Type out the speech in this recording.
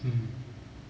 mm